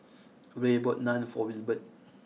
Rey bought Naan for Wilbert